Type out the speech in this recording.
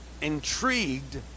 Intrigued